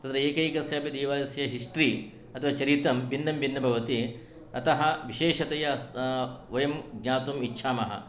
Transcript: तत्र एकैकस्य अपि देवालयस्य हिष्ट्रि अथवा चरितं भिन्नं भिन्न भवति अतः विशेषतया वयं ज्ञातुम् इच्छामः